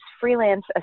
freelance